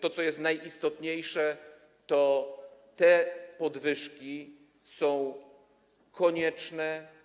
To, co jest najistotniejsze, to to, że te podwyżki są konieczne.